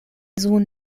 sohn